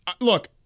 Look